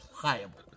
pliable